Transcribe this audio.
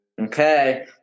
Okay